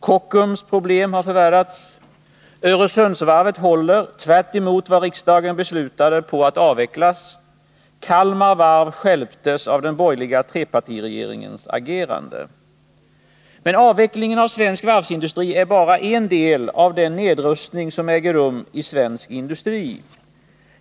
Kockums problem har förvärrats. Öresundsvarvet håller — tvärtemot vad riksdagen beslutade — på att avvecklas. Kalmar Varv stjälptes av den borgerliga trepartiregeringens agerande. Men avvecklingen av svensk varvsindustrin är bara en del av den nedrustning som äger rum i svensk industri.